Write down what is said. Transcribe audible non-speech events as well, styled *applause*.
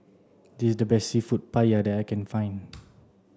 this the best Seafood Paella that I can find *noise*